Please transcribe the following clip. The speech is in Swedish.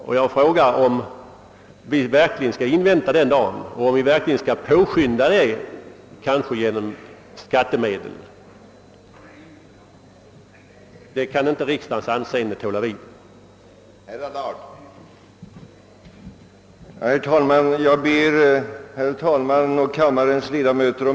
Jag vill fråga, om vi verkligen skall invänta den dagen — och påskynda den med hjälp av skattemedel! Det tål riksdagens anseende helt säkert inte vid.